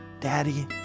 Daddy